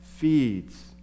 Feeds